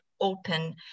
open